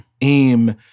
aim